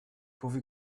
pourvu